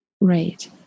Right